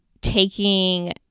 taking